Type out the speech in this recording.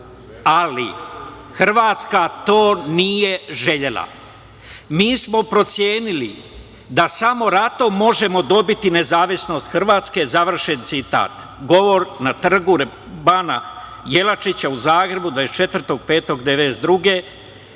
ali Hrvatska to nije željela. Mi smo procenili da samo ratom možemo dobiti nezavisnost Hrvatske“, završen citat, govor na trgu Bana Jelačića, u Zagrebu, 24. maja 1992.